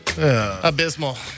Abysmal